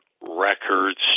records